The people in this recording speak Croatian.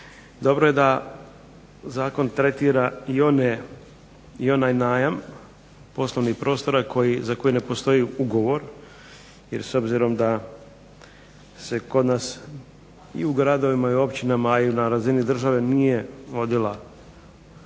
Dobro je da zakon tretira i onaj najam poslovnih prostora za koje ne postoji ugovor, jer s obzirom da se kod nas i u gradovima i u općinama, a i na razini države nije vodila često